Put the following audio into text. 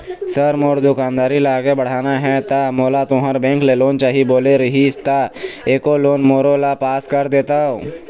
Sir मोर दुकानदारी ला आगे बढ़ाना हे ता मोला तुंहर बैंक लोन चाही बोले रीहिस ता एको लोन मोरोला पास कर देतव?